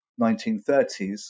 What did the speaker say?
1930s